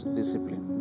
discipline